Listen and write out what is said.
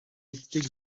était